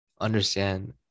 understand